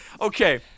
Okay